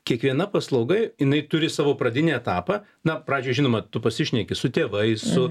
kiekviena paslauga jinai turi savo pradinį etapą na pradžioj žinoma tu pasišneki su tėvais su